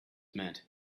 meant